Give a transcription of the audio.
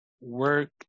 work